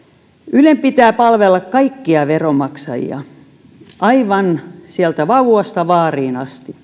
ylen pitää palvella kaikkia veronmaksajia aivan sieltä vauvasta vaariin asti